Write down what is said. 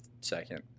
second